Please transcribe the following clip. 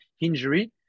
injury